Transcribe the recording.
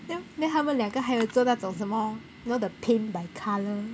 then then 他们两个还有做那种什么 you know the paint by color